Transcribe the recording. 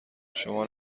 شما